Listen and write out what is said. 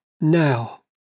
now